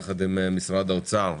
יחד עם משרד האוצר,